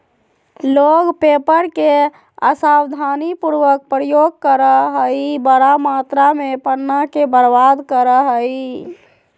लोग पेपर के असावधानी पूर्वक प्रयोग करअ हई, बड़ा मात्रा में पन्ना के बर्बाद करअ हई